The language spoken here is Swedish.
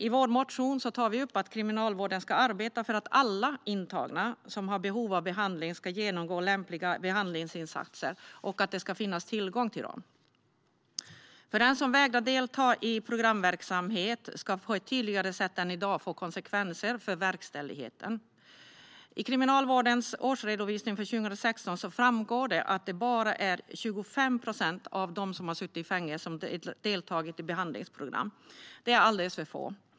I vår motion tar vi upp att kriminalvården ska arbeta för att alla intagna som har behov av behandling ska genomgå lämpliga behandlingsinsatser och att det ska finnas tillgång till dessa. För den som vägrar att delta i programverksamhet ska detta på ett tydligare sätt än i dag få konsekvenser för verkställigheten. I Kriminalvårdens årsredovisning för 2016 framgår att bara 25 procent av dem som har suttit i fängelse har deltagit i behandlingsprogram. Det är alldeles för få.